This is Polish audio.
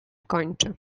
kończy